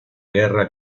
guerra